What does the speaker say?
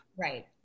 Right